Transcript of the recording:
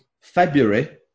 February